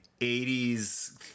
80s